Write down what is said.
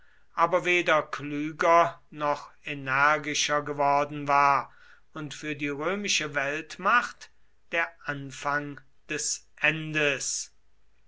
aber weder klüger noch energischer geworden war und für die römische weltmacht der anfang des endes